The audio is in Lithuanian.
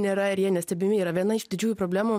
nėra ir jie nestebimi yra viena iš didžiųjų problemų